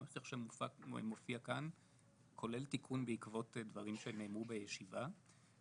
הנוסח שמופיע כאן כולל תיקון בעקבות דברים שנאמרו בישיבה.